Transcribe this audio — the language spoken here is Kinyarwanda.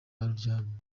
aharyana